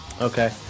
okay